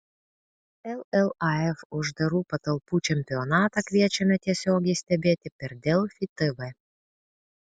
llaf uždarų patalpų čempionatą kviečiame tiesiogiai stebėti per delfi tv